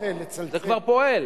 זה כבר פועל.